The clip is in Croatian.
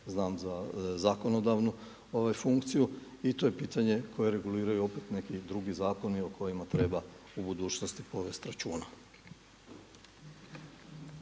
znam za zakonodavnu funkciju i to je pitanje koje reguliraju opet neki drugi zakoni o kojima treba u budućnosti povesti računa.